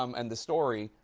um and the story,